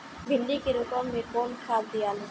भिंदी के रोपन मे कौन खाद दियाला?